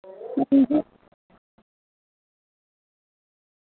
अंजी